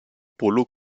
polo